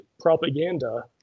propaganda